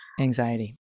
Anxiety